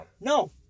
No